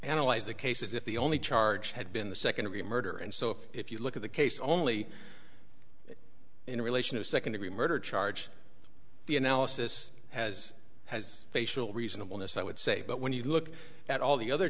analyzed the cases if the only charge had been the second degree murder and so if you look at the case only in relation to second degree murder charge the analysis has has facial reasonable miss i would say but when you look at all the other